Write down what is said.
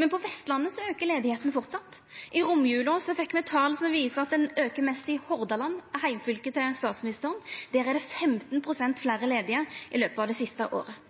men på Vestlandet aukar arbeidsløysa framleis. I romjula fekk me tal som viser at ho aukar mest i Hordaland, heimfylket til statsministeren. Der er det 15 pst. fleire ledige under det siste året.